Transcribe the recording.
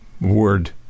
word